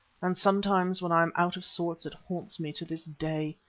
and sometimes when i am out of sorts, it haunts me to this day.